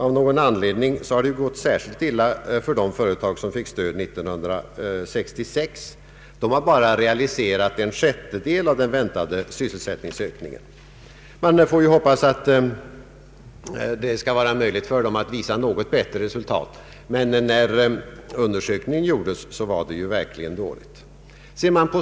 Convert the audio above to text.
Av någon anledning har det gått särskilt illa för de företag som fick stöd år 1966. De har bara realiserat en sjättedel av den väntade sysselsättningsökningen. Man får hoppas att det skall bli möjligt för dem att visa något bättre resultat, men när undersökningen gjordes var det verkligen dåligt.